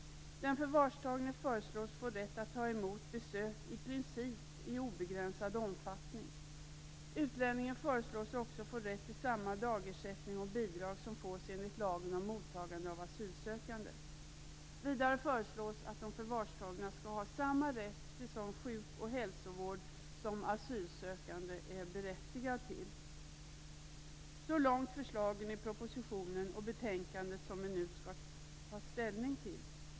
Den förvarstagne föreslås få rätt att ta emot besök i princip i obegränsad omfattning. Utlänningen föreslås också få rätt till samma dagersättning och bidrag som utgår enligt lagen om mottagande av asylsökande. Vidare föreslås att de förvarstagna skall ha samma rätt till sådan sjuk och hälsovård som asylsökande är berättigade till. Så långt förslagen i propositionen och betänkandet som vi nu skall ta ställning till.